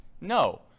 No